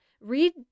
read